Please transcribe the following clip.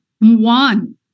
one